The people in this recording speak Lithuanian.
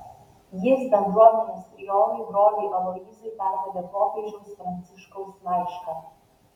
jis bendruomenės priorui broliui aloyzui perdavė popiežiaus pranciškaus laišką